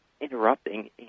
interrupting